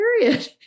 period